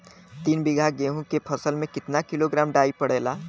तीन बिघा गेहूँ के फसल मे कितना किलोग्राम डाई पड़ेला?